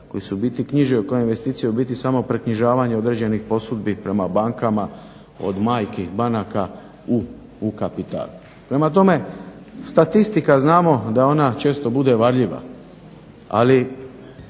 koje se u biti knjiže kao investicije u biti samo preknjižavanje određenih posudbi prema bankama od majki banaka u kapital. Prema tome statistika znamo da ona često bude varljiva, ali